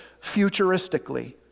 futuristically